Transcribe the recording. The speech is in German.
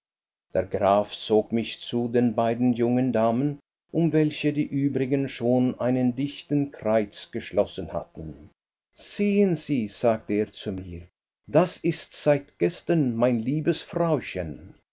der graf zog mich zu den beiden jungen damen um welche die übrigen schon einen dichten kreis geschlossen hatten sehen sie sagte er zu mir das ist seit gestern mein liebes frauchen